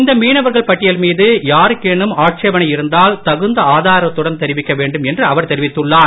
இந்த மீனவர்கள் பட்டியல் மீது யாருக்கேனும் ஆட்சேபனை இருந்தால் தகுந்த ஆதாரத்துடன் தெரிவிக்க வேண்டும் என்றும் அவர் தெரிவித்துள்ளார்